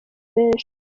benshi